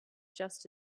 just